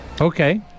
Okay